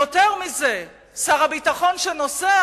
עם הממשלה, יותר מזה, שר הביטחון שנוסע,